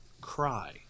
cry